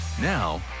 Now